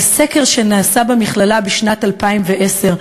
על סקר שנעשה במכללה בשנת 2010,